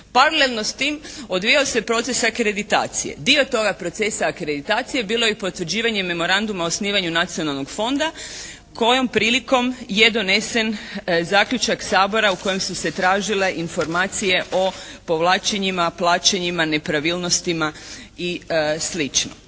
Paralelno s time odvijao se proces akreditacije. Dio toga procesa akreditacije bilo je i potvrđivanje Memoranduma o osnivanju nacionalnog fonda kojom prilikom je donesen zaključak Sabora u kojem su se tražile informacije o povlačenjima, plaćanjima, nepravilnosti i